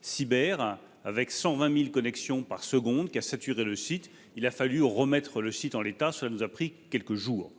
cyberattaque, avec 120 000 connexions par seconde qui ont saturé le site. Il a fallu le remettre en état, ce qui nous a pris quelques jours.